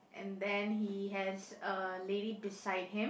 and then he has a lady beside him